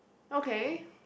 okay